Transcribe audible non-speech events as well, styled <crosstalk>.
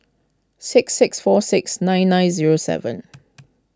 six six four six nine nine zero seven <noise>